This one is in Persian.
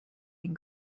این